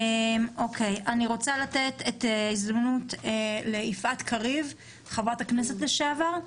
אני רוצה לתת את ההזדמנות ליפעת קריב חברת הכנסת לשעבר.